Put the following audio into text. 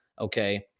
okay